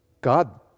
God